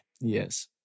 Yes